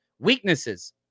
weaknesses